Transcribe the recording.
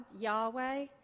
Yahweh